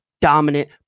dominant